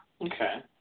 Okay